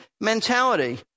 mentality